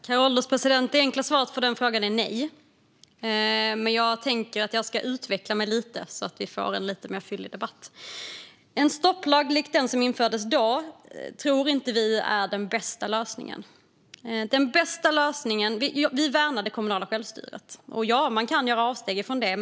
Herr ålderspresident! Det enkla svaret på frågan är nej. Men jag ska utveckla det lite, så att vi får en lite mer fyllig debatt. En stopplag likt den som infördes då tror vi inte är den bästa lösningen. Vi värnar det kommunala självstyret. Och, ja, man kan göra avsteg från det.